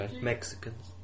Mexicans